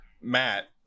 Matt